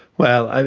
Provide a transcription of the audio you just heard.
well, and